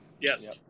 Yes